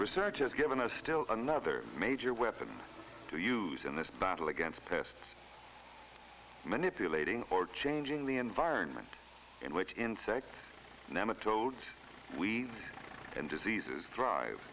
research has given us still another major weapon to use in this battle against pest manipulating or changing the environment in which insect nematodes we and diseases drive